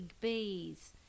bees